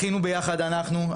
בכינו ביחד אנחנו,